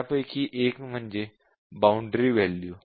त्यापैकी एक म्हणजे "बॉउंडरी " वॅल्यू